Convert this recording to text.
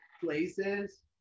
Places